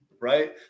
right